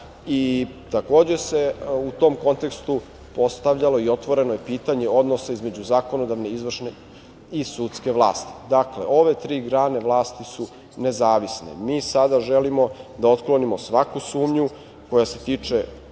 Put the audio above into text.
u tom kontekstu se postavljalo i otvoreno je pitanje odnosa između zakonodavne, izvršne i sudske vlasti. Dakle, ove tri grane vlasti su nezavisne. Mi sada želimo da otklonimo svaku sumnju koja se tiče